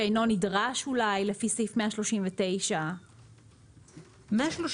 אולי לומר שאינו נדרש לפי סעיף 139. סעיף